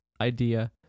idea